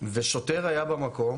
ושוטר היה במקום